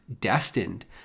destined